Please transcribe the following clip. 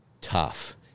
tough